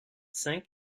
cinq